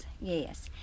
yes